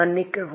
மன்னிக்கவும்